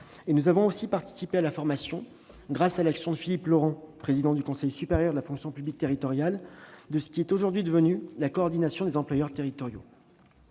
Nous avons aussi participé à la formation, grâce à l'action de Philippe Laurent, président du Conseil supérieur de la fonction publique territoriale, de ce qui est aujourd'hui la Coordination des employeurs territoriaux.